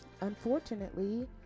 unfortunately